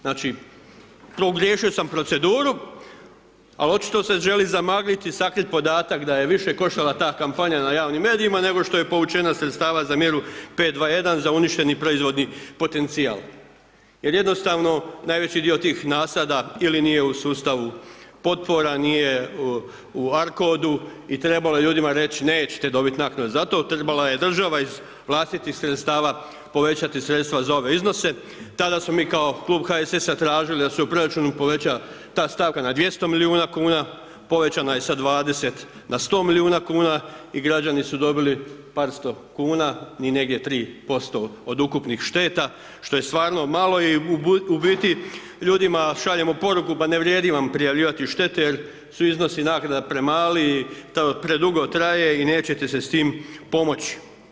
Znači pogriješio sam proceduru ali očito se želi zamagliti i sakrit podatak da je više koštala ta kampanja na javnim medijima nego što je povučeno sredstava za mjeru 5.2.1. za uništeni proizvodni potencijal jer jednostavno najveći dio tih nasada ili nije u sustavu potpora, nije u ARCOD-u i trebalo je ljudima reći nećete dobiti naknade, zato trebala je država iz vlastitih sredstava povećati sredstva za ove iznose, tada smo mi kao klub HSS-a tražili da se u proračunu poveća ta stavka na 200 milijuna kuna, povećana je sa 20 na 100 milijuna i građani su dobili par 100 kuna, ni negdje 3% od ukupnih šteta što je stvarno malo i u biti ljudima šaljemo poruku ma ne vrijedi vam prijavljivati štete jer su iznosi naknada premali i to predugo traje i nećete si s tim pomoć.